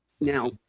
Now